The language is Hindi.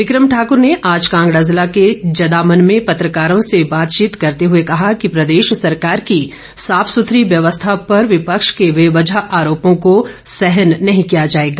बिक्रम ठाकर ने आज कांगड़ा जिला के जदामन में पत्रकारों से बातचीत करते हुए कहा कि प्रदेश सरकार की साफ सुथरी व्यवस्था पर विपक्ष के बेवजह आरोपो को सहन नहीं किया जाएगा